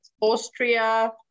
Austria